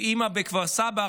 ואימא בכפר סבא,